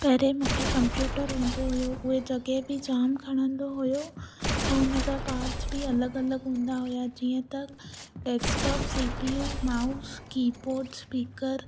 पंहिरे मूंखे कम्पयूटर हूंदो हुयो उहे जॻह बि जाम खणंदो हुयो ऐं हुनजा पार्टस बि अलॻि अलॻि हूंदा हुआ जीअं त desktop C P U mouse keyboard speaker